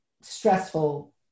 stressful